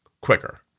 quicker